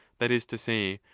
that is to say,